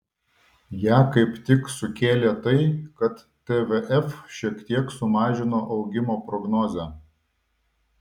ją kaip tik ir sukėlė tai kad tvf šiek tiek sumažino augimo prognozę